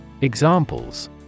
Examples